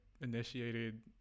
initiated